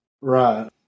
Right